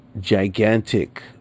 gigantic